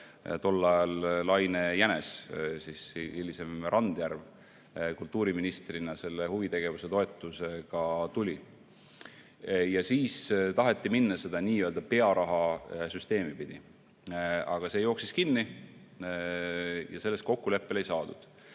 nimega Laine Jänes, hilisem Randjärv, kes kultuuriministrina selle huvitegevuse toetusega tuli. Siis taheti minna seda nii-öelda pearahasüsteemi pidi. Aga see jooksis kinni ja selles kokkuleppele ei saadud.